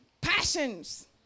Passions